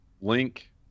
Link